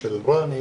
של רני,